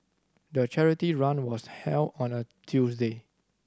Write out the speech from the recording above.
the charity run was held on a Tuesday